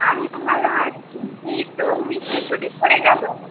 আমিও ভালো আছি এইতো গ্রীষ্মের ছুটি পড়ে গেল